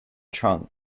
trunk